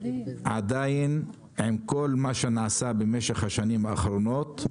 ועדין, עם כל מה שנעשה במשך השנים האחרונות,